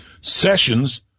Sessions